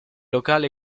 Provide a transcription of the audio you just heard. locale